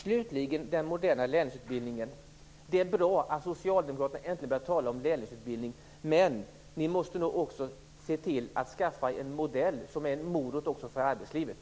Slutligen var det den moderna lärlingsutbildningen. Det är bra att Socialdemokraterna äntligen börjar tala om lärlingsutbildning. Men ni måste nog också se till att skaffa en modell som är en morot också för arbetslivet.